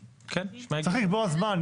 צריך לקבוע זמן.